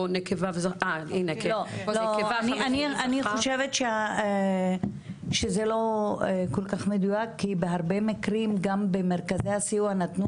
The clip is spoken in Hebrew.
אני חושבת שזה לא מדויק כל כך כי בהרבה מקרים גם במרכזי הסיוע נתנו